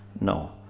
No